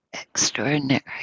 extraordinary